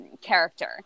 character